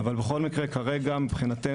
אבל בכל מקרה כרגע מבחינתנו,